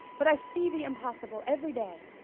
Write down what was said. but i see the impossible every day.